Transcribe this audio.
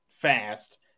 fast